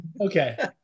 Okay